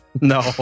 no